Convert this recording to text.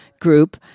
group